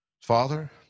father